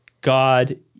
God